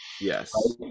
yes